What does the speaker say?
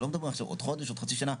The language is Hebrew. לא מדבר עכשיו עוד חודש, עוד חצי שנה.